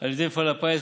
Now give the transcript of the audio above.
על ידי מפעל הפיס,